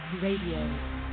Radio